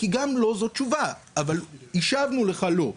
גם "לא" זו תשובה, השבנו לך "לא".